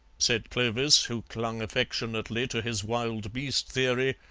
said clovis, who clung affectionately to his wild beast theory,